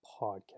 Podcast